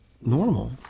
normal